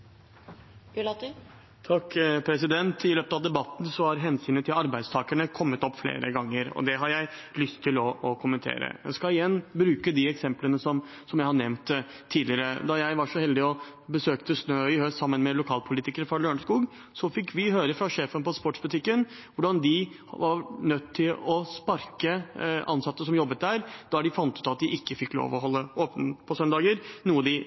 I løpet av debatten har hensynet til arbeidstakerne kommet opp flere ganger, og det har jeg lyst til å kommentere. Jeg skal igjen bruke de eksemplene som jeg har nevnt tidligere. Da jeg var så heldig å få besøke SNØ i høst sammen med lokalpolitikere fra Lørenskog, fikk vi høre fra sjefen på sportsbutikken hvordan de var nødt til å sparke ansatte som jobbet der, da de fant ut at de ikke fikk lov til å holde åpent på søndager, noe vi egentlig hadde tatt for gitt at de